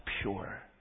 pure